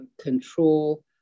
control